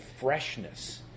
freshness